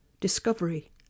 discovery